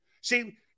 See